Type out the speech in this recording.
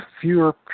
fewer